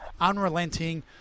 unrelenting